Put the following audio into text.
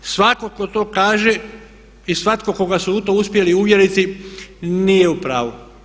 Svatko tko to kaže i svatko koga su u to uspjeli uvjeriti nije u pravu.